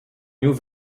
nieuwe